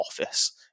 office